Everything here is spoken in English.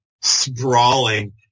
sprawling